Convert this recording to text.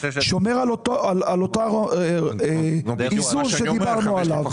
שומר על אותו איזון שדיברנו עליו.